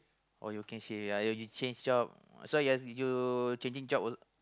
oh you can say ya uh you change job so you're you changing job al~